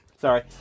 Sorry